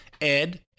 Ed